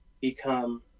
become